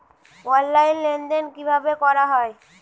Online লেনদেন কিভাবে করা হয়?